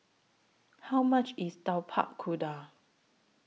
How much IS Tapak Kuda